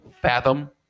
fathom